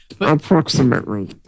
Approximately